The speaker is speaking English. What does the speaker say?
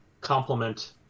complement